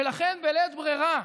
ולכן, בלית ברירה,